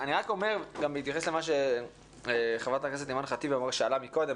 אני רק אומר גם בהתייחס למה שחברת הכנסת אימאן ח'טיב יאסין שאלה מקודם,